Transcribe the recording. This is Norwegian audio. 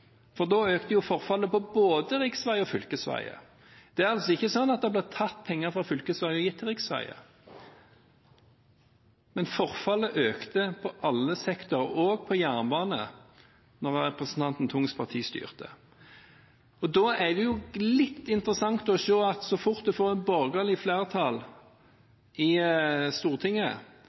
for da økte forfallet på både riksveier og fylkesveier. Det er altså ikke sånn at det ble tatt penger fra fylkesveier og gitt til riksveier, men forfallet økte på alle sektorer, også på jernbane, da representanten Tungs parti styrte. Da er det litt interessant å se at så fort man får et borgerlig flertall i Stortinget,